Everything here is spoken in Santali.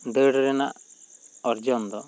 ᱫᱟᱹᱲ ᱨᱮᱱᱟᱜ ᱚᱨᱡᱚᱱ ᱫᱚ